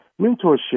mentorship